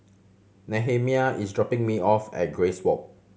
Nehemiah is dropping me off at Grace Walk